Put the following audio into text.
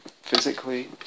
physically